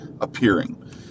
appearing